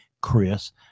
Chris